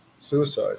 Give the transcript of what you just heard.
suicide